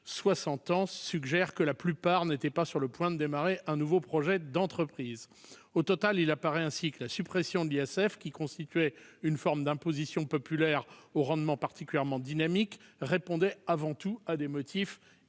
60 ans, suggère que la plupart n'étaient pas sur le point de démarrer un nouveau projet d'entreprise. Au total, il apparaît ainsi que la suppression de l'ISF qui constituait une forme d'imposition populaire au rendement particulièrement dynamique répondait avant tout à des motifs